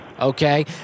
Okay